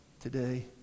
today